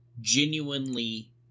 genuinely